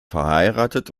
verheiratet